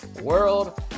World